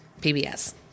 PBS